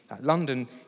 London